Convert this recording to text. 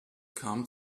kam